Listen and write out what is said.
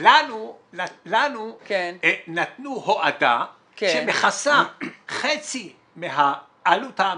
לנו נתנו הועדה שמכסה חצי מהעלות האמיתית,